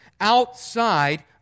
outside